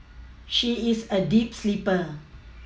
she is a deep sleeper